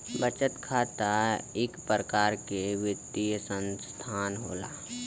बचत खाता इक परकार के वित्तीय सनसथान होला